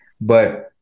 but-